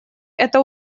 это